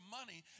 money